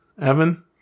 Evan